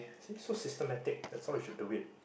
see so systematic that's how we should do it